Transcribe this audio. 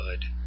good